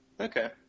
Okay